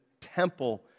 temple